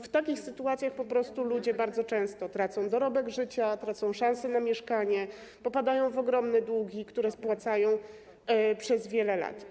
W takich sytuacjach ludzie po prostu bardzo często tracą dorobek życia, tracą szansę na mieszkanie, popadają w ogromne długi, które spłacają przez wiele lat.